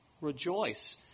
rejoice